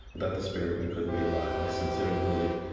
without the spirit we couldn't be alive. i sincerely believe.